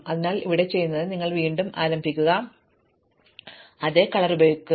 അതിനാൽ ഇവിടെ നിങ്ങൾ ചെയ്യുന്നത് നിങ്ങൾ വീണ്ടും ആരംഭിക്കുക ഞാൻ അതേ വർണ്ണമാണ് ഉപയോഗിക്കുന്നത്